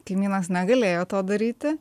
kaimynas negalėjo to daryti